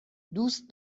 دوست